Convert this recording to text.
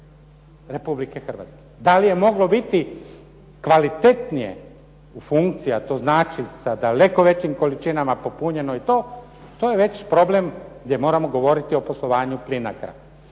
Republike Hrvatske. Da li je moglo biti kvalitetnije u funkciji a to znači sa daleko većim količinama popunjeno i to, to je već problem gdje moramo govoriti o poslovanju Plinacra.